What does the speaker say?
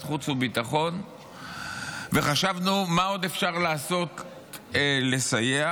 חוץ וביטחון וחשבנו מה עוד אפשר לעשות לסייע.